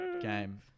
Game